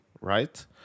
right